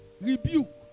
rebuke